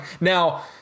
Now